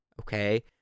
Okay